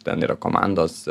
ten yra komandos